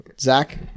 Zach